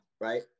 Right